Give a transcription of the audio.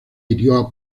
hirió